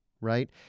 right